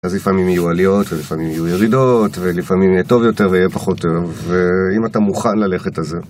אז לפעמים יהיו עליות ולפעמים יהיו ירידות, ולפעמים יהיה טוב יותר ויהיה פחות טוב, ואם אתה מוכן ללכת, אז זה מה שתעשה אם אתה מוכן.